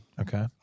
Okay